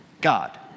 God